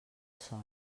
son